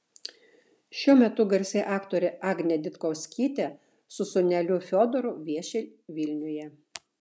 šiuo metu garsi aktorė agnė ditkovskytė su sūneliu fiodoru vieši vilniuje